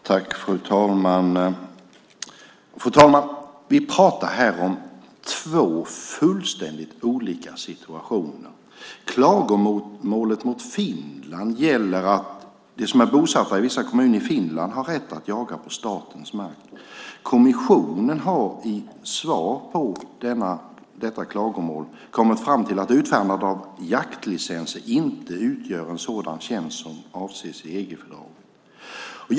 Fru talman! Vi pratar här om två fullständigt olika situationer. Klagomålet mot Finland gäller att de som är bosatta i vissa kommuner i Finland har rätt att jaga på statens mark. Kommissionen har i svar på detta klagomål kommit fram till att utfärdandet av jaktlicenser inte utgör en sådan tjänst som avses i EG-fördraget.